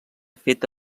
feta